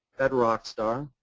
fed rock star.